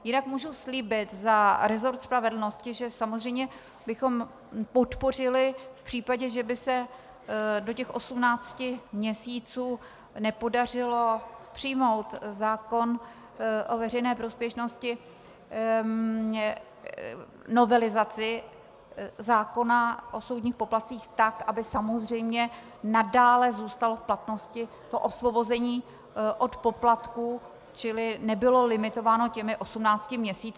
Jinak můžu slíbit za resort spravedlnosti, že samozřejmě bychom podpořili v případě, že by se do těch 18 měsíců nepodařilo přijmout zákon o veřejné prospěšnosti, novelizaci zákona o soudních poplatcích tak, aby samozřejmě nadále zůstalo v platnosti to osvobození od poplatků, čili nebylo limitováno těmi 18 měsíci.